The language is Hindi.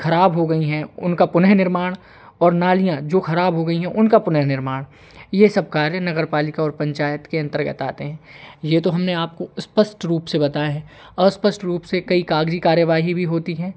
खराब हो गई हैं उनका पुनःनिर्माण और नालियाँ जो खराब हो गई हैं उनका पुनःनिर्माण ये सब कार्य नगर पालिका और पंचायत के अंतर्गत आते हैं ये तो हमने आपको स्पष्ट रूप से बताएँ हैं अस्पष्ट रूप से कई कागजी कार्यवाही भी होती हैं